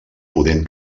podent